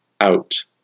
out